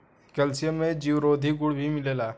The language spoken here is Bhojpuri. कैल्सियम में जीवरोधी गुण भी मिलेला